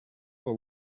will